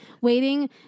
waiting